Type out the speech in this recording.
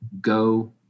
go